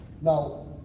Now